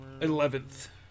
Eleventh